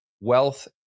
wealth